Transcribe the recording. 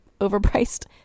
overpriced